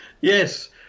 Yes